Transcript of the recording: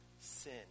sin